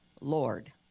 lord